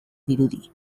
dirudi